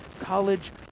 College